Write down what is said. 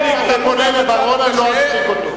הפניקה, בנימין נתניהו.